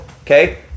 Okay